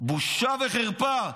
בושה וחרפה.